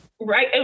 right